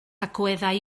agweddau